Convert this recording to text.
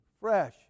fresh